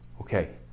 Okay